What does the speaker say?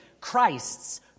Christ's